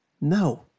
No